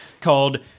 called